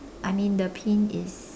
I mean the pain is